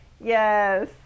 Yes